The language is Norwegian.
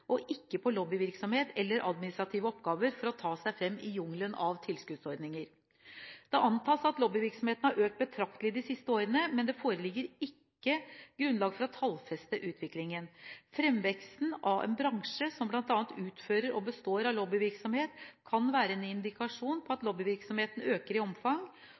og ikke på lobbyvirksomhet eller administrative oppgaver for å ta seg fram i jungelen av tilskuddsordninger. Det antas at lobbyvirksomheten har økt betraktelig de siste årene, men det foreligger ikke grunnlag for å tallfeste utviklingen. Fremveksten av en bransje som bl.a. utfører og bistår ved lobbyvirksomhet, kan være en indikasjon på at lobbyvirksomheten øker i omfang,